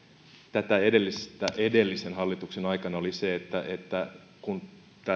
tätä edellistä edellisen hallituksen aikana oli se että että kun tämä